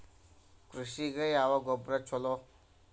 ಕೃಷಿಗ ಯಾವ ಗೊಬ್ರಾ ಛಲೋ?